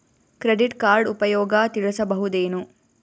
Credit card ಉಪಯೋಗ ತಿಳಸಬಹುದೇನು?